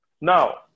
Now